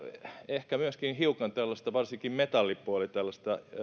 ehkä myöskin varsinkin metallipuoli hiukan tällaista